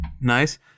Nice